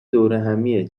دورهمیه